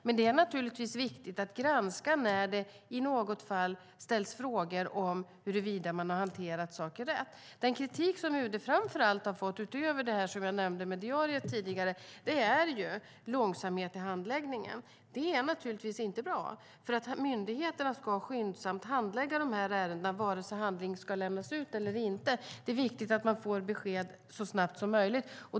Men det är naturligtvis viktigt att granska när det i något fall ställs frågor om huruvida saker har hanterats rätt. Den kritik UD framför allt har fått, utöver det jag nämnde tidigare med diariet, är långsamhet i handläggningen. Det är naturligtvis inte bra - myndigheterna ska skyndsamt handlägga de här ärendena vare sig handlingarna ska lämnas ut eller inte. Det är viktigt att man får besked så snabbt som möjligt.